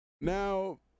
Now